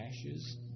ashes